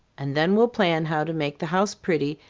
and then we'll plan how to make the house pretty,